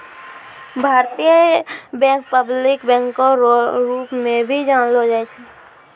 भारतीय bank public बैंको रो रूप मे भी जानलो जाय छै